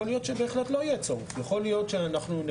יכול להיות שבהחלט לא יהיה צורך,